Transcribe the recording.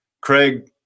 craig